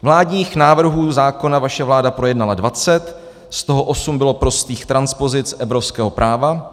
Vládních návrhů zákona vaše vláda projednala 20, z toho osm bylo prostých transpozic evropského práva.